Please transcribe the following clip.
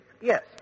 Yes